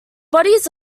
bodies